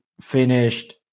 finished